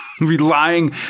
Relying